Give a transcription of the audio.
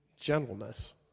gentleness